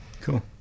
Cool